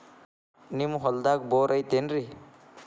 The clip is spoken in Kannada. ನಿಮ್ಮ ಹೊಲ್ದಾಗ ಬೋರ್ ಐತೇನ್ರಿ?